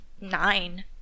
nine